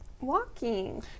Walking